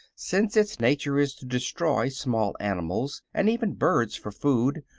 since its nature is to destroy small animals and even birds for food,